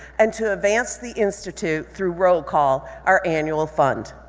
and to advance the institute through roll call, our annual fund.